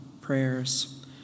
prayers